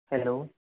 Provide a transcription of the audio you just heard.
hello